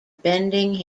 bending